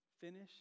Finish